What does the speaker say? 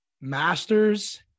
Masters